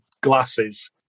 glasses